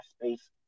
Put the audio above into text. space